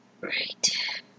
Right